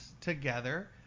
together